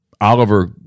Oliver